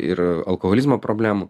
ir alkoholizmo problemų